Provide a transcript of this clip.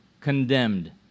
condemned